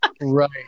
Right